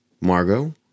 Margot